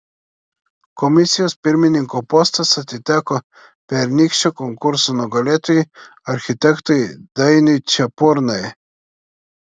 komisijos pirmininko postas atiteko pernykščio konkurso nugalėtojui architektui dainiui čepurnai